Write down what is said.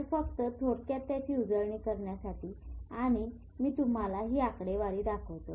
तर फक्त थोडक्यात त्याची उजळणी करण्यासाठी आणि मी तुम्हाला ही आकडेवारी दाखवतो